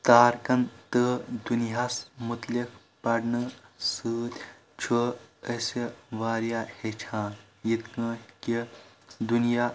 تارکن تہٕ دُنۍیاہس متلعق پرنہٕ سۭتۍ چھُ اسہِ واریاہ ہیچھان یتھ کاٹھۍ کہ دُنۍیا